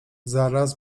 zaraz